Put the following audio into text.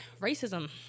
racism